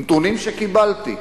נתונים שקיבלתי.